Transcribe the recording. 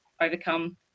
overcome